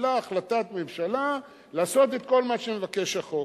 קיבלה החלטת ממשלה לעשות את כל מה שמבקש החוק.